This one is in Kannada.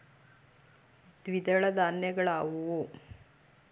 ದ್ವಿದಳ ಧಾನ್ಯಗಳಾವುವು?